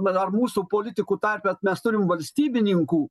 bet ar mūsų politikų tarpe mes turim valstybininkų